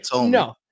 No